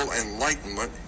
enlightenment